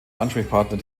ansprechpartner